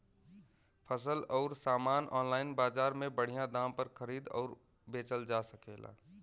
फसल अउर सामान आनलाइन बजार में बढ़िया दाम पर खरीद अउर बेचल जा सकेला